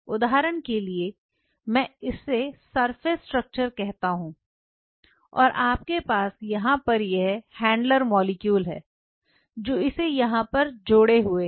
उदाहरण के लिए मैं इससे सरफेस स्ट्रक्चर कहता हूं और आपके पास यहां पर यह हैंडलर मॉलिक्यूल हैं जो इसे यहां पर जुड़े हुए हैं